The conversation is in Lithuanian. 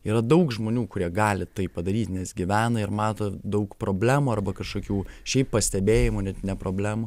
yra daug žmonių kurie gali tai padaryt nes gyvena ir mato daug problemų arba kažkokių šiaip pastebėjimų net ne problemų